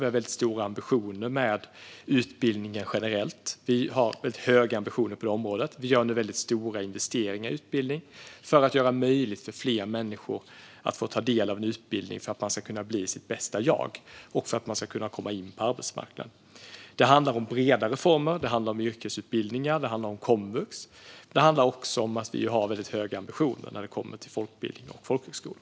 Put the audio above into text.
Vi har väldigt höga ambitioner med utbildningen generellt, och vi gör nu stora investeringar i utbildning för att göra det möjligt för fler människor att ta del av en utbildning, få bli sitt bästa jag och kunna komma in på arbetsmarknaden. Det handlar om breda reformer. Det handlar om yrkesutbildningar, och det handlar om komvux. Det handlar också om att vi som sagt har höga ambitioner när det kommer till folkbildning och folkhögskolor.